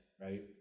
Right